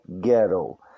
ghetto